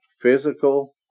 Physical